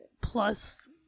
plus